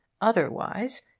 Otherwise